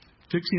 fixing